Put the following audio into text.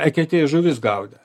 eketėj žuvis gaudė